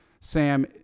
Sam